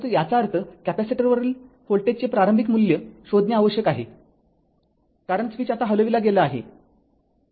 परंतु याचा अर्थ कॅपेसिटरवरील व्होल्टेजचे प्रारंभिक मूल्य शोधणे आवश्यक आहेकारण स्विच आता हलविला गेला आहे